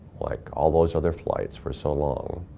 like all those other flights for so long,